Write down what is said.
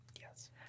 Yes